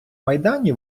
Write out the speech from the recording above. майдані